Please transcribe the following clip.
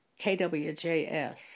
KWJS